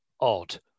odd